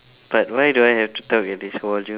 but why do I have to talk at this volume